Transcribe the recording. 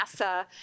NASA